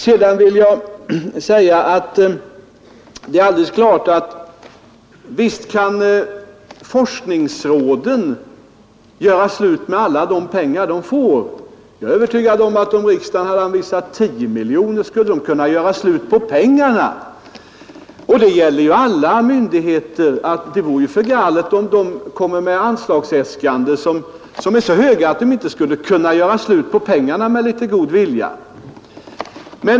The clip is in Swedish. Sedan vill jag säga att det är alldeles klart att forskningsråden kan göra slut på alla de pengar de får. Jag är övertygad om att om riksdagen skulle anvisa 10 miljoner så skulle det gå att göra slut på pengarna. Det gäller ju alla myndigheter att det vore för galet om det kom med anslagsäskanden som är så höga att det inte är möjligt att göra slut på pengarna med litet god vilja.